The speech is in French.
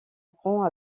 prends